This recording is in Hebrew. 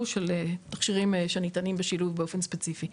כתכשירים שניתנים בשילוב באופן ספציפי,